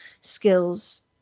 skills